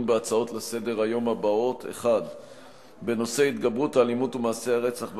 בהצעות לסדר-היום בנושאים האלה: 1. התגברות האלימות ומעשי הרצח במשפחה,